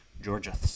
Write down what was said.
Georgia